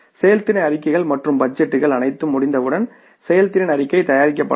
செயல்திறன் அறிக்கைகள் மற்றும் பட்ஜெட்டுகள் அனைத்தும் முடிந்தவுடன் செயல்திறன் அறிக்கை தயாரிக்கப்படலாம்